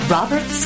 Robert